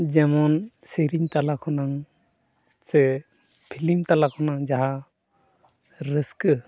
ᱡᱮᱢᱚᱱ ᱥᱮᱨᱮᱧ ᱛᱟᱞᱟ ᱠᱷᱚᱱᱟᱝ ᱥᱮ ᱯᱷᱤᱞᱤᱢ ᱛᱟᱞᱟ ᱠᱷᱚᱱᱟᱝ ᱡᱟᱦᱟᱸ ᱨᱟᱹᱥᱠᱟᱹ